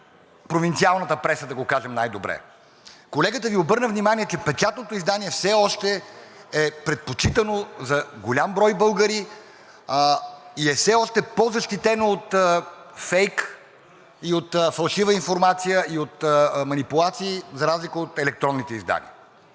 печатното издание все още е предпочитано за голям брой българи и е все още по-защитено от фейк и от фалшива информация, и от манипулации за разлика от електронните издания,